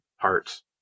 parts